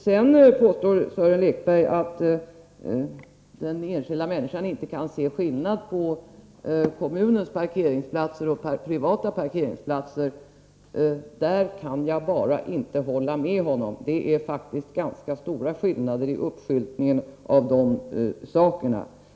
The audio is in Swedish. Sedan påstår Sören Lekberg att den enskilda människan inte kan se skillnad på kommunens parkeringsplatser och privata parkeringsplatser. Där kan jag bara inte hålla med honom. Det är faktiskt ganska stora skillnader i uppskyltningen.